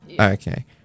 Okay